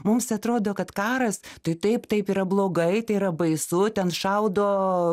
mums atrodo kad karas tai taip taip yra blogai tai yra baisu ten šaudo